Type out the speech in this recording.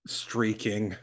streaking